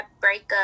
breakup